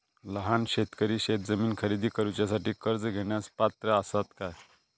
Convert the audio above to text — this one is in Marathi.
लहान शेतकरी शेतजमीन खरेदी करुच्यासाठी कर्ज घेण्यास पात्र असात काय?